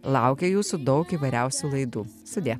laukia jūsų daug įvairiausių laidų sudie